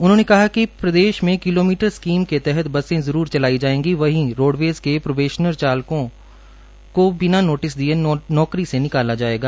उन्होंने कहा कि प्रदेश में किलोमीटर स्कीम के तहत बसें जरूर चलाई जाएंगी वहीं रोडवेज के प्रोबेशनर चालकों को बिना नोटिस दिए नौकरी से निकाला जाएगा